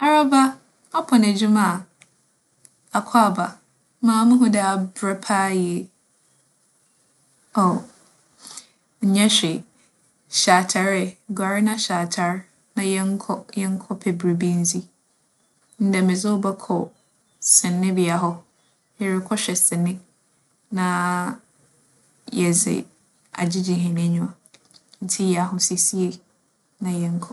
Araba, apon edwuma a? Akwaaba! Mara muhu dɛ aberɛ paa yie. Aw, ͻnnyɛ hwee, hyɛ atar ɛ. Guar na hyɛ atar na yɛnkͻ - yɛnkͻpɛ biribi ndzi. Ndɛ medze wo bͻkͻ sene bea hͻ. Erokͻhwɛ sene na yɛdze agyegye hɛn enyiwa ntsi yɛ ahosiesie na yɛnkͻ.